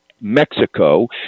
Mexico